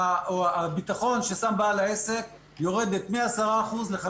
הביטחון ששם בעל העסק יורד מ- 10% ל-